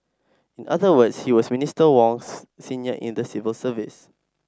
in other words he was Minister Wong's senior in the civil service